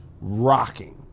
rocking